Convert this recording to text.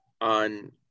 on